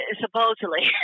supposedly